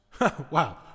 Wow